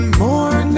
more